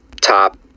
top